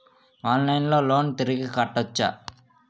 ఆన్లైన్లో లోన్ తిరిగి కట్టోచ్చా?